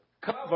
cover